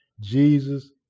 Jesus